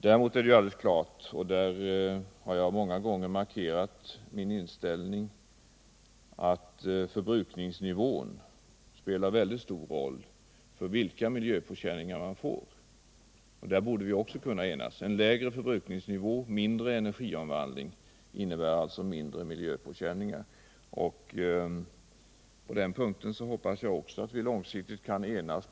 Däremot är det ju alldeles klart — och där har jag många gånger markerat min inställning — att förbrukningsnivån spelar en mycket stor roll för vilka miljöpåkänningar det blir. Och där borde vi också kunna enas. En lägre förbrukningsnivå, mindre energiomvandling, innebär alltså mindre miljöpåkänningar. På den punkten hoppas jag att vi långsiktigt kan enas.